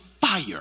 fire